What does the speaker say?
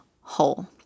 whole